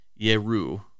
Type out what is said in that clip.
yeru